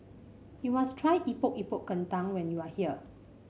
you must try Epok Epok Kentang when you are here